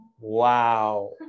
wow